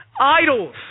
Idols